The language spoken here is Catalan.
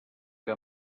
que